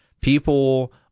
people